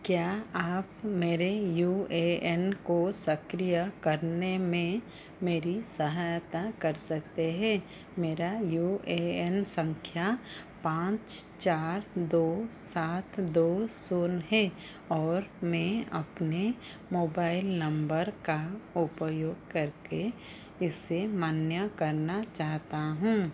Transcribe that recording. क्या आप मेरे यू ए एन को सक्रिय करने में मेरी सहायता कर सकते है मेरा यू ए एन संख्या पाँच चार दो सात दो शून्य है और मैं अपने मोबाइल नम्बर का उपयोग करके इसे मान्य करना चाहता हूँ